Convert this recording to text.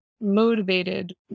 motivated